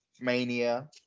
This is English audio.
Mania